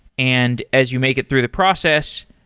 and as you make it through the process,